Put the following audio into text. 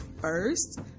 first